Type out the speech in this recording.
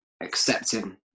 accepting